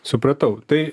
supratau tai